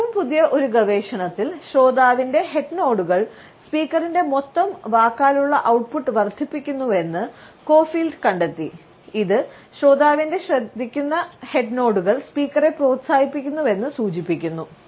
ഏറ്റവും പുതിയ ഒരു ഗവേഷണത്തിൽ ശ്രോതാവിന്റെ ഹെഡ് നോഡുകൾ സ്പീക്കറിന്റെ മൊത്തം വാക്കാലുള്ള ഔട്ട്പുട്ട് വർദ്ധിപ്പിക്കുമെന്ന് കോ ഫീൽഡ് കണ്ടെത്തി ഇത് ശ്രോതാവിന്റെ ശ്രദ്ധിക്കുന്ന ഹെഡ് നോഡുകൾ സ്പീക്കറെ പ്രോത്സാഹിപ്പിക്കുന്നുവെന്ന് സൂചിപ്പിക്കുന്നു